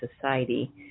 Society